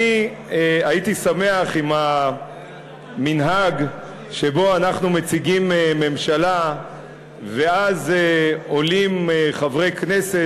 הייתי שמח אם המנהג שבו אנחנו מציגים ממשלה ואז עולים חברי כנסת,